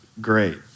great